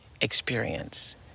experience